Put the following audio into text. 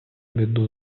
біду